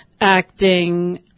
acting